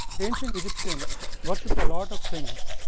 ancient egyptians worshiped a lot of things,